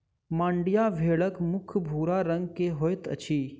मांड्या भेड़क मुख भूरा रंग के होइत अछि